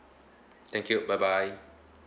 thank you bye bye